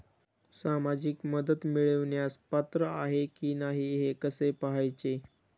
सामाजिक मदत मिळवण्यास पात्र आहे की नाही हे कसे पाहायचे?